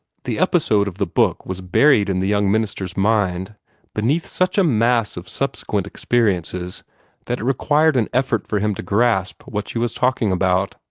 the episode of the book was buried in the young minister's mind beneath such a mass of subsequent experiences that it required an effort for him to grasp what she was talking about.